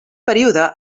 període